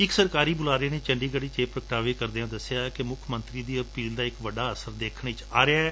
ਇਕ ਸਰਕਾਰੀ ਬੁਲਾਰੇ ਨੇ ਚੰਡੀਗੜ੍ਹ ਵਿਚ ਇਹ ਪ੍ਰਗਟਾਵੇ ਕਰਦਿਆਂ ਦਸਿਆ ਕਿ ਮੁੱਖ ਮੰਤਰੀ ਦੀ ਅਪੀਲ ਦਾ ਇਕ ਵੱਡਾ ਅਸਰ ਦੇਖਣ ਵਿਚ ਆਇਐ